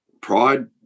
pride